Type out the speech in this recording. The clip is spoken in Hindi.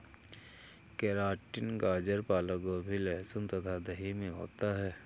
केराटिन गाजर पालक गोभी लहसुन तथा दही में होता है